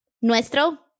Nuestro